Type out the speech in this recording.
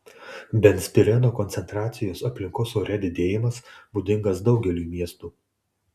benzpireno koncentracijos aplinkos ore didėjimas būdingas daugeliui miestų